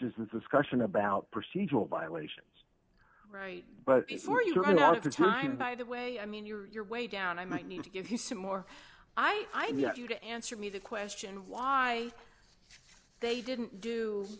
is this discussion about procedural violations right but before you bring out the time by the way i mean you're you're way down i might need to give you some more i need you to answer me the question why they didn't do